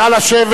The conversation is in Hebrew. נא לשבת.